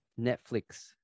netflix